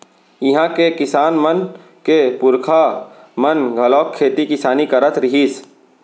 इहां के किसान मन के पूरखा मन घलोक खेती किसानी करत रिहिस